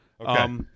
Okay